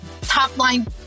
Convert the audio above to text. top-line